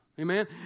Amen